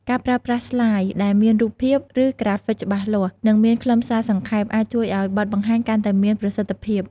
ការប្រើប្រាស់ស្លាយ ដែលមានរូបភាព ឬក្រាហ្វិកច្បាស់លាស់ និងមានខ្លឹមសារសង្ខេប អាចជួយឱ្យបទបង្ហាញកាន់តែមានប្រសិទ្ធភាព។